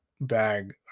bag